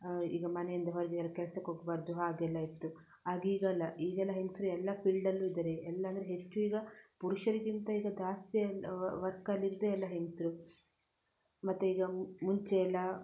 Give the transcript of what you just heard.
ಈಗ ಮನೆಯಿಂದ ಹೊರಗೆ ಯಾರೂ ಕೆಲಸಕ್ಕೆ ಹೋಗಬಾರದು ಹಾಗೆಲ್ಲ ಇತ್ತು ಆಗ ಈಗಲ್ಲ ಈಗೆಲ್ಲ ಹೆಂಗಸರು ಎಲ್ಲ ಫೀಲ್ಡಲ್ಲೂ ಇದ್ದಾರೆ ಎಲ್ಲ ಅಂದರೆ ಹೆಚ್ಚು ಈಗ ಪುರುಷರಿಗಿಂತ ಈಗ ಜಾಸ್ತಿ ವರ್ಕಲ್ಲಿ ಇದ್ದು ಎಲ್ಲ ಹೆಂಗಸರು ಮತ್ತೆ ಈಗ ಮುಂಚೆ ಎಲ್ಲ